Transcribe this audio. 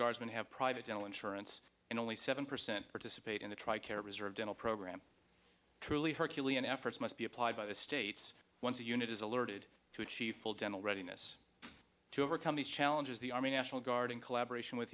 guardsmen have private dental insurance and only seven percent participate in the tri care reserve dental program truly herculean efforts must be applied by the states once a unit is alerted to achieve full dental readiness to overcome these challenges the army national guard in collaboration with